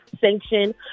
sanction